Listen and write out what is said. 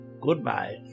Goodbye